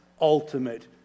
ultimate